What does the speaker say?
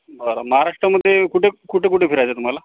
बरं महाराष्ट्रामध्ये कुठे कुठे कुठे फिरायचं तुम्हाला